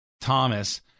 Thomas